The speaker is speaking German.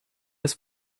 das